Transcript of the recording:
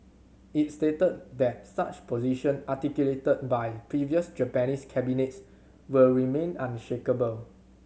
it stated that such position articulated by previous Japanese cabinets will remain unshakeable